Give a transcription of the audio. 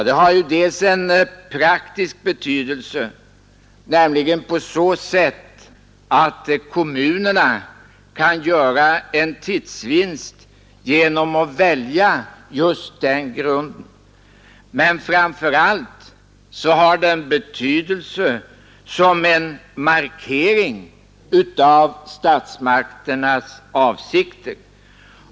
Det har dels en praktisk betydelse, nämligen på så sätt att kommunerna kan göra en tidsvinst genom att välja just den grunden, dels och framför allt har det betydelse som en markering av statsmakternas avsikter.